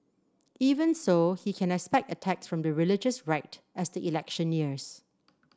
even so he can expect attacks from the religious right as the election nears